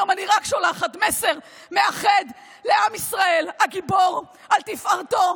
היום אני רק שולחת מסר מאחד לעם ישראל הגיבור על תפארתו,